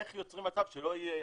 איך יוצרים מצב שלא יהיה,